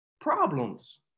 problems